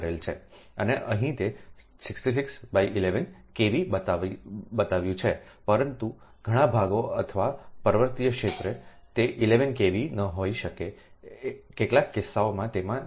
અને અહીં તે6611 કેવીબતાવી રહ્યું છે પરંતુ ઘણા ભાગો અથવા પર્વતીય ક્ષેત્ર તે 11 kV ન હોઈ શકે કેટલાક કિસ્સાઓમાં તેમાં નીચા વોલ્ટેજનું સ્તર 6